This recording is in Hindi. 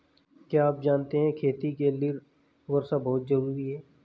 क्या आप जानते है खेती के लिर वर्षा बहुत ज़रूरी है?